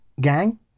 gang